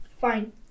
Fine